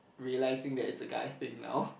realising that's a guy thing now